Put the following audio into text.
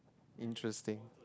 interesting